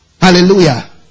Hallelujah